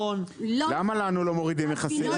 למה לנו לא מורידים מכסים?